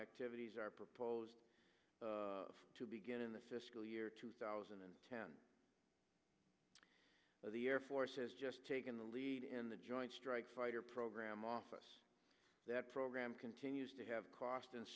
activities are proposed to begin the fiscal year two thousand and ten the air force has just taken the lead in the joint strike fighter program office that program continues have cost and